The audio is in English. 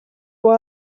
will